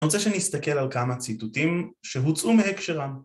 אני רוצה שנסתכל על כמה ציטוטים שהוצאו מהקשרם..